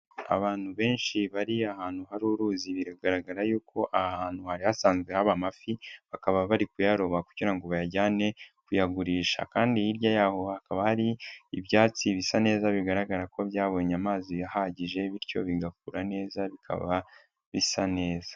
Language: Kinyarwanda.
Abantu benshi bari ahantu hari uruzi biragaragara y'uko aha hantu hari hasanzwe haba amafi, bakaba bari kuyaroba kugira ngo bayajyane kuyagurisha kandi hirya yaho hakaba hari ibyatsi bisa neza bigaragara ko byabonye amazi ahagije bityo bigakura neza bikaba bisa neza.